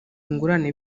ingurane